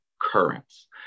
currents